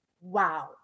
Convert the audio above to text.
wow